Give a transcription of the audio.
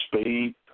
speed